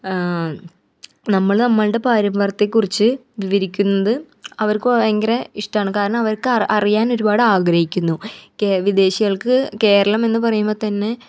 നമ്മൾ നമ്മളുടെ പാരമ്പര്യത്തെക്കുറിച്ച് വിവരിക്കുന്നത് അവർക്ക് ഭയങ്കര ഇഷ്ടമാണ് കാരണം അവർക്കറിയാനൊരുപാട് ആഗ്രഹിക്കുന്നു കെ വിദേശികൾക്ക് കേരളമെന്ന് പറയുമ്പത്തന്നെ